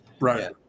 Right